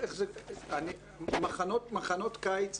מחנות קיץ,